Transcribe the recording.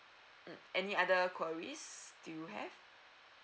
mm any other queries do you have